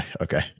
okay